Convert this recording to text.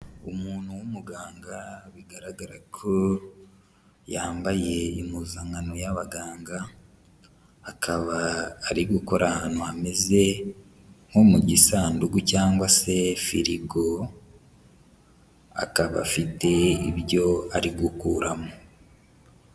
Umuntu w'umuganga bigaragara ko yambaye impuzankano y'abaganga, akaba ari gukora ahantu hameze nko mu gisanduku cyangwa se firigo, akaba afite ibyo ari gukuramo.